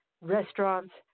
restaurants